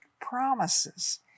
promises